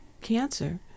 cancer